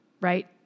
right